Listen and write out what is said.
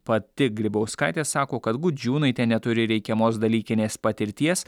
pati grybauskaitė sako kad gudžiūnaitė neturi reikiamos dalykinės patirties